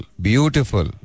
beautiful